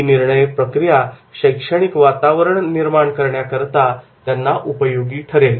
ती निर्णय प्रक्रिया शैक्षणिक वातावरण निर्माण करण्याकरता त्यांना उपयोगी ठरेल